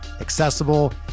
accessible